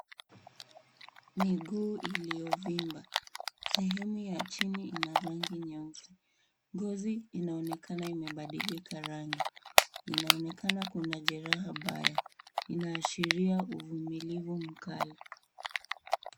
Miguu iliyovimba. Sehemu ya chini ina rangi nyeusi. Ngozi inaonekana imebadilika rangi. Inaonekana kuna jeraha mbaya. Inaashiria uvumilivu mkali.